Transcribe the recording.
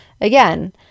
Again